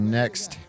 next